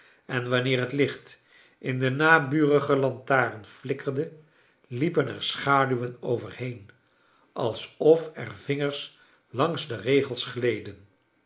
en wanneer het licht in de naburige lantaren flikkerde liepen er schaduwen overheen als of er vingers langs de regels gleden